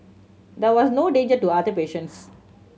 there was no danger to other patients